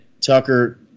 Tucker